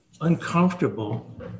uncomfortable